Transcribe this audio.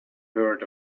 heard